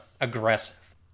aggressive